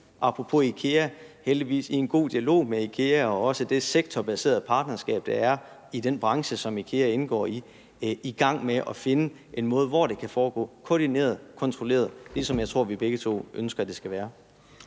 apropos IKEA, heldigvis i en god dialog med IKEA og også det sektorbaserede partnerskab, der er i den branche, som IKEA indgår i, og er i gang med at finde en måde, hvorpå det kan foregå koordineret og kontrolleret, ligesom jeg tror vi begge to ønsker det skal være.